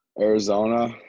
Arizona